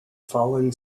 fallen